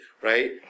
right